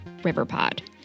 RiverPod